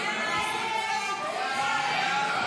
סעיף 4,